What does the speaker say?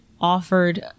offered